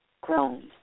grown